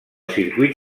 circuit